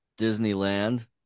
Disneyland